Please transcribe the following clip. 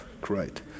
Great